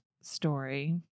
story